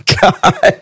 god